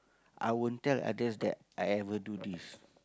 I won't tell others that I ever do this